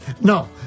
No